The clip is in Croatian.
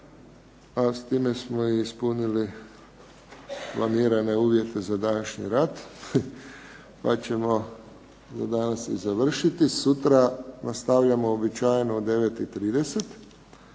a s time smo ispunili planirane uvjete za današnji rad pa ćemo za danas i završiti. Sutra nastavljamo uobičajeno u 9,30